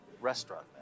restaurant